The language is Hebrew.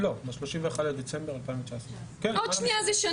ב-31 לדצמבר 2019, יותר משנה.